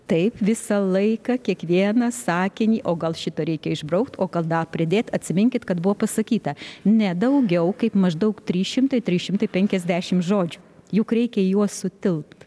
taip visą laiką kiekvieną sakinį o gal šitą reikia išbraukt o gal dar pridėt atsiminkit kad buvo pasakyta ne daugiau kaip maždaug trys šimtai trys šimtai penkiasdešimt žodžių juk reikia į juos sutilpt